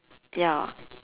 ya